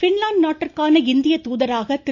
Finland நாட்டிற்கான இந்திய தூதராக திரு